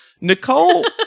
Nicole